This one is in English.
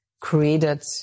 created